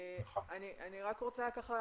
אני רק רוצה כדי